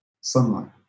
Sunlight